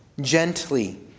gently